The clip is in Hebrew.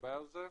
לדבר על זה.